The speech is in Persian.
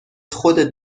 خودت